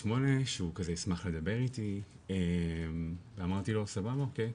שהוא כזה ישמח לדבר איתי ואמרתי לו סבבה אוקי,